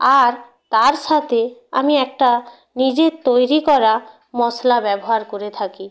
আর তার সাথে আমি একটা নিজের তৈরি করা মশলা ব্যবহার করে থাকি